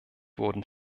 wurden